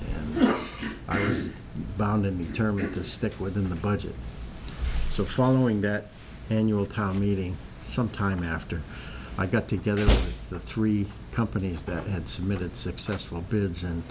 was bound and determined to stick within the budget so following that annual town meeting sometime after i got together the three companies that had submitted successful beds and